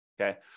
okay